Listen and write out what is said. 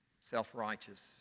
Self-righteous